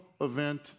event